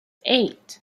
eight